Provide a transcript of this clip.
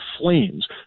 flames